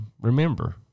remember